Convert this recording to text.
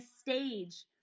stage